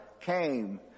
came